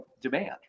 demand